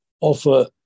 offer